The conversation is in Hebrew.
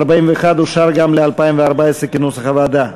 סעיף 41, רשות ממשלתית למים, לשנת הכספים 2013,